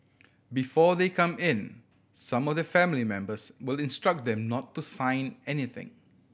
before they come in some of their family members will instruct them not to sign anything